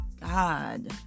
God